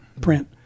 print